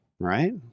right